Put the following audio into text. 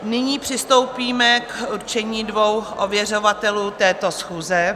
Nyní přistoupíme k určení dvou ověřovatelů této schůze.